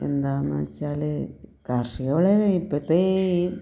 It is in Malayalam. എന്താണെന്ന് വച്ചാൽ കാർഷിക വളരെ ഇപ്പോഴത്തെ